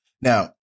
Now